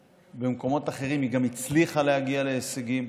במקומות אחרים היא גם הצליחה להגיע להישגים,